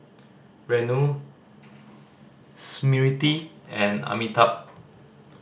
Renu Smriti and Amitabh